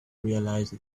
realize